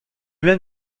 même